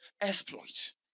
exploit